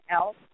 else